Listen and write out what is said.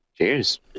Cheers